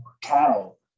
cattle